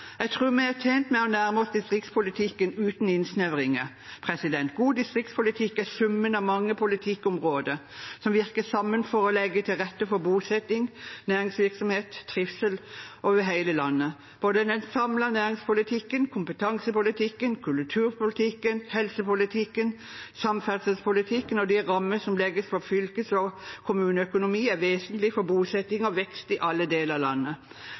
Jeg tror vi er tjent med å nærme oss distriktspolitikken uten innsnevringer. God distriktspolitikk er summen av mange politikkområder som virker sammen for å legge til rette for bosetting, næringsvirksomhet og trivsel over hele landet. Både den samlede næringspolitikken, kompetansepolitikken, kulturpolitikken, helsepolitikken, samferdselspolitikken og de rammer som legges for fylkes- og kommuneøkonomi, er vesentlig for bosetting og vekst i alle deler av landet,